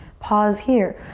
pause here.